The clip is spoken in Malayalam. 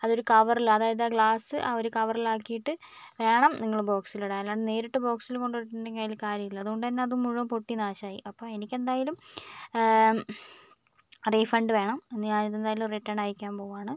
അതൊരു കവറിൽ അതായത് ആ ഗ്ലാസ് ആ ഒരു കവറിൽ ആക്കിയിട്ട് വേണം നിങ്ങൾ ബോക്സിൽ ഇടാൻ അല്ലാണ്ട് നേരിട്ട് ബോക്സിൽ കൊണ്ട് ഇട്ടിട്ടുണ്ടെങ്കിൽ അതിൽ കാര്യമില്ല അതുകൊണ്ട് തന്നെ അത് മുഴുവൻ പൊട്ടി നാശമായി അപ്പോൾ എനിക്കെന്തായാലും റീഫണ്ട് വേണം ഇന്ന് ഞാൻ ഇത് എന്തായാലും റിട്ടേൺ അയയ്ക്കാൻ പോകുവാണ്